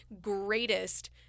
greatest